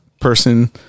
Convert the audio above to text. person